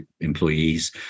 employees